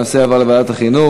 הנושא יעבור לוועדת החינוך.